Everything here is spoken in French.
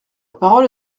parole